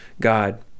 God